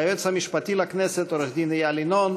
היועץ המשפטי לכנסת עורך-הדין איל ינון,